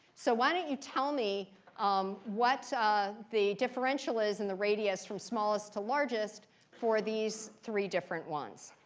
so why don't you tell me um what the differential is in the radius from smallest to largest for these three different ones.